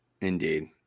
Indeed